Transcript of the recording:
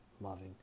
loving